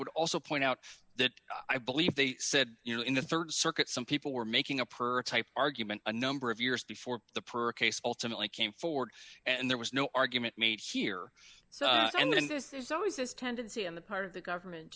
would also point out that i believe they said you know in the rd circuit some people were making a purchase argument a number of years before the per case ultimately came forward and there was no argument made here so and then this there's always this tendency on the part of the government